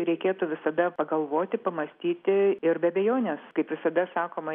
reikėtų visada pagalvoti pamąstyti ir be abejonės kaip visada sakoma